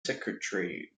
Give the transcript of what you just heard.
secretary